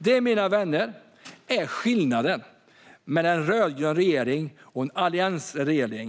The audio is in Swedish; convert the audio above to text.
Detta, mina vänner, är skillnaden mellan en rödgrön regering och en alliansregering.